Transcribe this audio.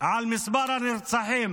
על מספר הנרצחים